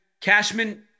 Cashman